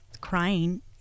crying